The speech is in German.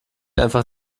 einfach